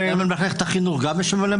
למערכת החינוך גם יש ממלא-מקום?